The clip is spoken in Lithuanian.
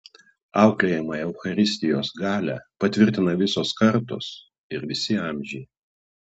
auklėjamąją eucharistijos galią patvirtina visos kartos ir visi amžiai